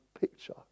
picture